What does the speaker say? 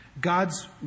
God's